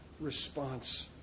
response